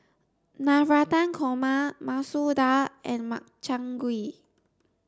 Navratan Korma Masoor Dal and Makchang Gui